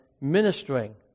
ministering